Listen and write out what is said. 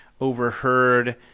overheard